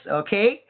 okay